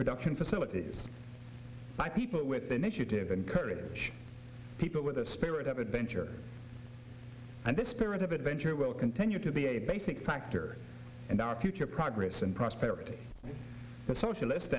production facilities by people with the initiative and courage people with the spirit of adventure and the spirit of adventure will continue to be a basic factor and our future progress and prosperity the socialist